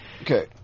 Okay